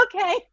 Okay